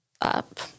up